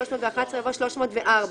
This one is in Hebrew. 311" יבוא "304".